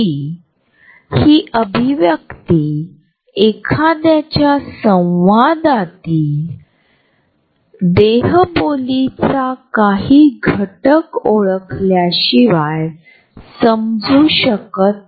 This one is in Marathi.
यावर जोर देण्यासाठी एखाद्याची स्थिती ही इतर लोकांच्या वैयक्तिक जागेत जाण्याचा प्रयत्न करू शकते